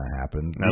happen